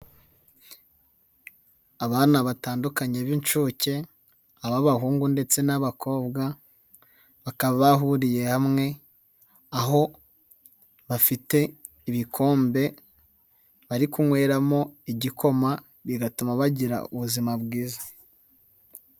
Abana batandukanye b'inshuke ab'abahungu ndetse n'abakobwa bakaba bahuriye hamwe aho bafite ibikombe bari kunyweramo igikoma bigatuma bagira ubuzima bwiza.